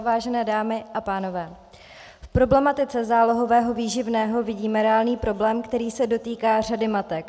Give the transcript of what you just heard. Vážené dámy a pánové, v problematice zálohového výživného vidím reálný problém, který se dotýká řady matek.